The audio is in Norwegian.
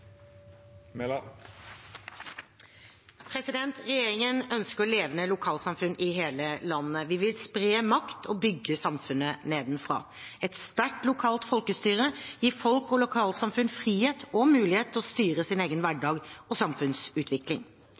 Regjeringen ønsker levende lokalsamfunn i hele landet. Vi vil spre makt og bygge samfunnet nedenfra. Et sterkt lokalt folkestyre gir folk og lokalsamfunn frihet og mulighet til å styre sin egen hverdag og samfunnsutvikling.